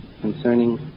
concerning